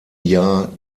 jahr